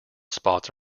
spots